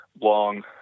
long